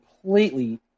completely